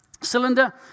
cylinder